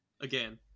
Again